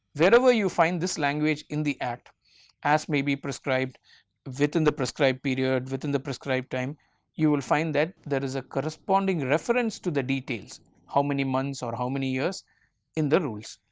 wherever you find this language in the act as may be prescribed within and the prescribed period within the prescribed time you will find that there is a corresponding reference to the details how many months or how many years in the rules